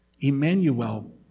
Emmanuel